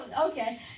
okay